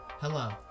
Hello